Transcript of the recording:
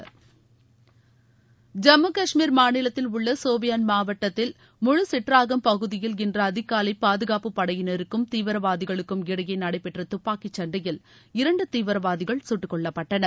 ஐம்மு காஷ்மீர் மாநிலத்தில் உள்ள சோஃபியான் மாவட்டத்தில் முழு சிட்ராகம் பகுதியில் இன்று அதிகாலை பாதுகாப்புப் படையினருக்கும் தீவிரவாதிகளுக்கும் இடையே நடைபெற்ற துப்பாக்கிச் சண்டையில் இரண்டு தீவிரவாதிகள் சுட்டுக்கொல்லப்பட்டனர்